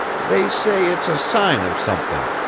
they say it's a sign of something,